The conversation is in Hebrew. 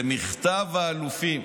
למכתב האלופים.